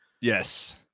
yes